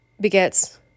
begets